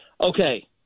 Okay